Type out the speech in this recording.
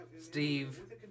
Steve